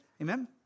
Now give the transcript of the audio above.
Amen